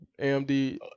amd